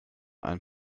ein